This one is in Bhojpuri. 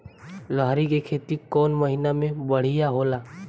लहरी के खेती कौन महीना में बढ़िया होला?